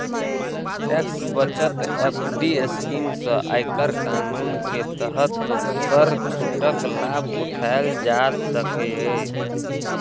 tax बचत FD scheme सं आयकर कानून के तहत कर छूटक लाभ उठाएल जा सकैए